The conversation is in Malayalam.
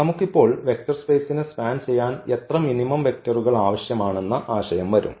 നമുക്ക് ഇപ്പോൾ വെക്റ്റർ സ്പേസിനെ സ്പാൻ ചെയ്യാൻ എത്ര മിനിമം വെക്റ്ററുകൾ ആവശ്യമാണെന്ന ആശയം വരും